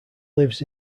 lives